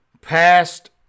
past